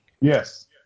Yes